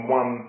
one